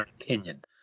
opinion